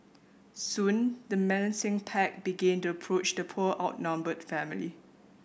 soon the menacing pack began to approach the poor outnumbered family